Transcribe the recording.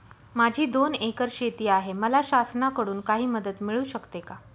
माझी दोन एकर शेती आहे, मला शासनाकडून काही मदत मिळू शकते का?